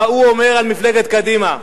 מה הוא אומר על מפלגת קדימה.